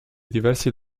diversi